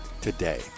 today